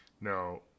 now